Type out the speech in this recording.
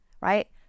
right